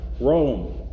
Rome